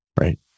right